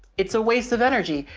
it's a waste of energy.